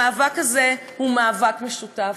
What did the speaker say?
המאבק הזה הוא מאבק משותף.